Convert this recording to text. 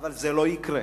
אבל זה לא יקרה.